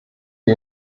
die